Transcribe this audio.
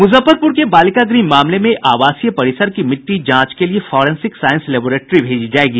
मुजफ्फरपूर के बालिका गृह मामले में आवासीय परिसर की मिट्टी जांच के लिए फोरेंसिक साइंस लेबोरेट्री भेजी जायेगी